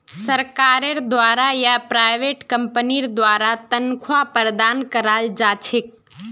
सरकारेर द्वारा या प्राइवेट कम्पनीर द्वारा तन्ख्वाहक प्रदान कराल जा छेक